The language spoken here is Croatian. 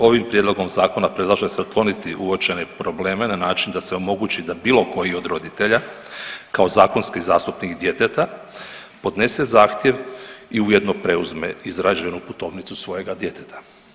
Ovim prijedlogom zakona predlaže se otkloniti uočene probleme na način da se omogući da bilo koji od roditelja kao zakonski zastupnik djeteta podnese zahtjev i ujedno preuzme izrađenu putovnicu svojega djeteta.